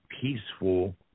peaceful